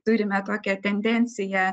turime tokią tendenciją